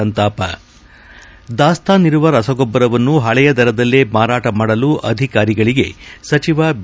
ಸಂತಾಪ ದಾಸ್ತಾನಿರುವ ರಸಗೊಬ್ಲರವನ್ನು ಹಳೆಯ ದರದಲ್ಲೇ ಮಾರಾಟ ಮಾಡಲು ಅಧಿಕಾರಿಗಳಿಗೆ ಸಚಿವ ಬಿ